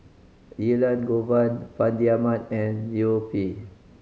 Elangovan Fandi Ahmad and Liu Peihe